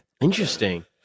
Interesting